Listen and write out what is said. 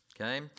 okay